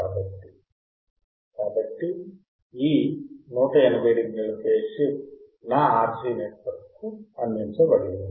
కాబట్టి ఈ 180 డిగ్రీల ఫేజ్ షిఫ్ట్ నా RC నెట్వర్క్కు అందించబడింది